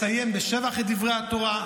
מסיים בשבח את דברי התורה.